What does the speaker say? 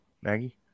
maggie